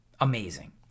amazing